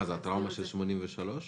זה הטראומה של 1983?